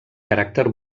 caràcter